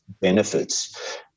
benefits